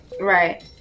Right